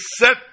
set